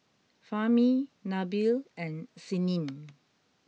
Fahmi Nabil and Senin